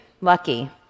lucky